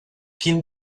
quin